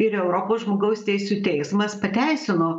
ir europos žmogaus teisių teismas pateisino